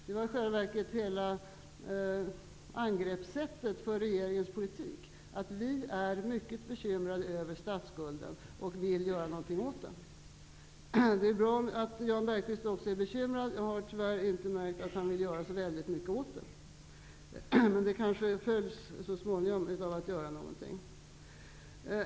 Det var i själva verket hela angreppssättet för regeringens politik, att vi är mycket bekymrade över statsskulden och vill göra någonting åt den. Det är bra att Jan Bergqvist också är bekymrad. Jag har tyvärr inte märkt att han vill göra så väldigt mycket åt det. Viljan att göra något kanske kommer så småningom.